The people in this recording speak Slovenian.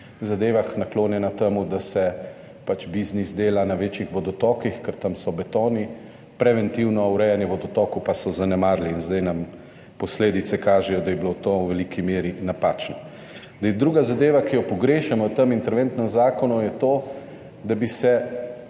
zadevah naklonjena temu, da se pač biznis dela na večjih vodotokih, ker tam so betoni, preventivno urejanje vodotokov pa so zanemarili in zdaj nam posledice kažejo, da je bilo to v veliki meri napačno. Zdaj, druga zadeva, ki jo pogrešam v tem interventnem zakonu je to, da bi se